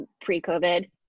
pre-covid